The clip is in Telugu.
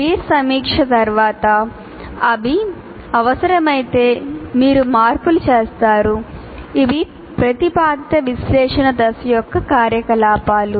పీర్ సమీక్ష తర్వాత అవి అవసరమైతే మీరు మార్పులు చేస్తారు ఇవి ప్రతిపాదిత విశ్లేషణ దశ యొక్క కార్యకలాపాలు